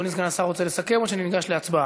אדוני סגן השר, רוצה לסכם, או שניגש להצבעה?